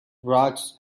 rocks